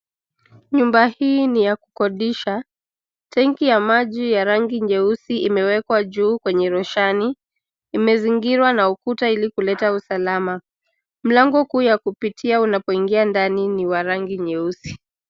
Nyumba hii ni ya kukodisha. Tenki ya maji ya rangi nyeusi imewekwa juu kwenye roshani. Imezingirwa na ukuta ili kuleta usalama. Mlango kuu ya kupitia unapoingia ndani ni wa rangi nyeusi.